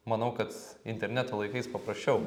manau kad interneto laikais paprasčiau